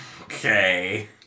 Okay